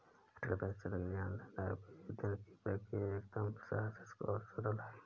अटल pension के लिए online आवेदन की प्रक्रिया एकदम सहज और सरल है